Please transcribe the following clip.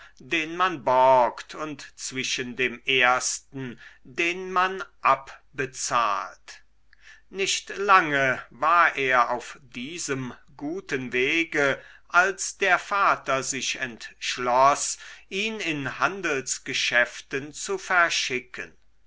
den man borgt und zwischen dem ersten den man abbezahlt nicht lange war er auf diesem guten wege als der vater sich entschloß ihn in handelsgeschäften zu verschicken